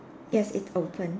yes it's open